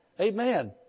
Amen